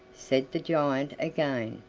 said the giant again.